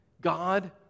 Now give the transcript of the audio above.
God